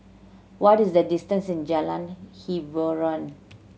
what is the distance in Jalan Hiboran